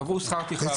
קבעו שכר טרחה.